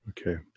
Okay